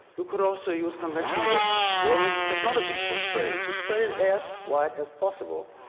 you could also use conventional worm technology for spreading. just spread it as wide as possible.